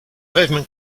pavement